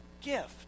gift